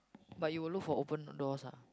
but you will look for open doors ah